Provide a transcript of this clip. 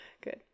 Good